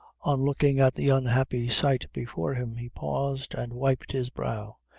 on looking at the unhappy sight before him, he paused and wiped his brow,